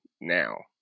now